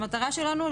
תודה.